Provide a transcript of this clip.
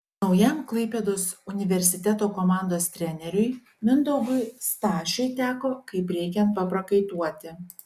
naujam klaipėdos universiteto komandos treneriui mindaugui stašiui teko kaip reikiant paprakaituoti